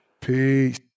Peace